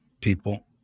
people